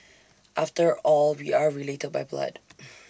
after all we are related by blood